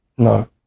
No